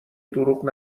دروغ